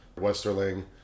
Westerling